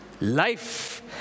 life